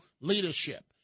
leadership